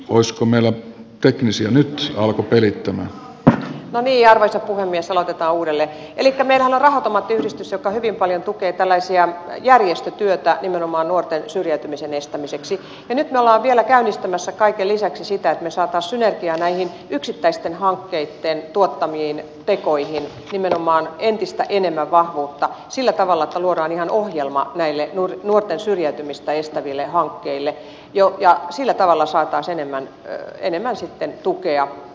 uskomme oli yöpymisiä nyt alkupelittömän raija risto piesala kaudelle eli kameralla rahat raha automaattiyhdistys joka hyvin paljon tukee tällaista järjestötyötä nimenomaan nuorten syrjäytymisen estämiseksi ja nyt me olemme vielä käynnistämässä kaiken lisäksi sitä että me saisimme synergiaa näihin yksittäisten hankkeitten tuottamiin tekoihin nimenomaan entistä enemmän vahvuutta sillä tavalla että luodaan ihan ohjelma näille nuorten syrjäytymistä estäville hankkeille ja sillä tavalla saataisiin enemmän sitten tukea